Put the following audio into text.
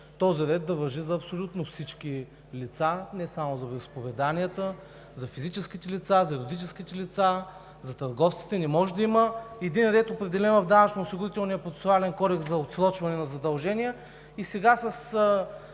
този ред да важи за абсолютно всички лица, не само за вероизповеданията, а за физическите лица, за юридическите лица, за търговците. Не може да има един ред, определен в Данъчно осигурителния процесуален кодекс за отсрочване на задължения и сега с